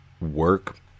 work